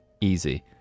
easy